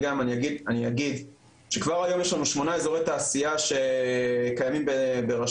אני אגיד שכבר היום יש לנו שמונה אזורי תעשייה שקיימים ברשויות,